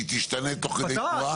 שהיא תשתנה תוך כדי תנועה?